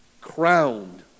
crowned